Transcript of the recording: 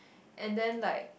and then like